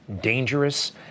dangerous